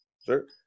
sir